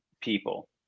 people